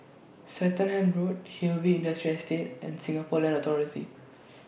Swettenham Road Hillview Industrial Estate and Singapore Land Authority